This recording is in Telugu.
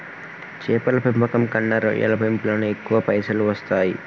చేపల పెంపకం కన్నా రొయ్యల పెంపులను ఎక్కువ పైసలు వస్తాయి